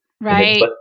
right